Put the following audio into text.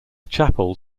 chapel